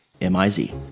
M-I-Z